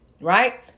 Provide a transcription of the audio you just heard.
right